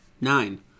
nine